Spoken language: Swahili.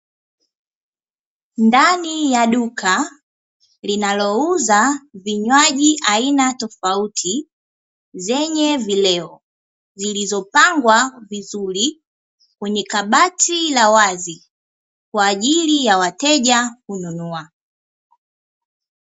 Ndani ya duka linalouza vinywaji aina tofauti zenye vileo zilizopangwa vizuri kwenye kabati la wazi, kwa ajili ya wateja kununua.